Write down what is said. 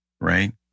right